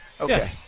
Okay